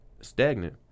stagnant